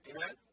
Amen